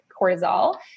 cortisol